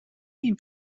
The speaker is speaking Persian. این